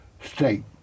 State